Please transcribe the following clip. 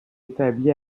établie